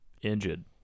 injured